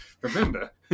remember